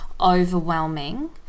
overwhelming